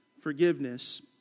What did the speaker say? forgiveness